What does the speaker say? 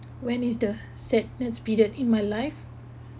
when is the sadness period in my life